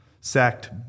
sacked –